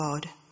God